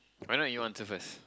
why not you answer first